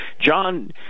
John